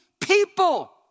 people